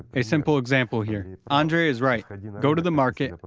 a simple example, here, andrei is right, go to the market,